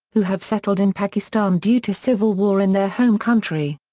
who have settled in pakistan due to civil war in their home country.